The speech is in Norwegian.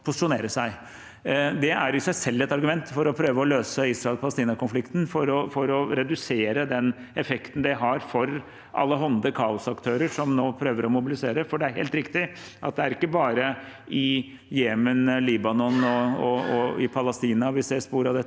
Det er i seg selv et argument for å prøve å løse Israel–Palestina-konflikten, for å redusere den effekten det har for allehånde kaosaktører som nå prøver å mobilisere. For det er helt riktig at det ikke bare er i Jemen, i Libanon og i Palestina vi ser spor av dette.